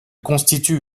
constitue